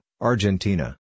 Argentina